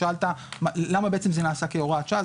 שאלת למה זה בעצם נעשה כהוראת שעה,